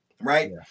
right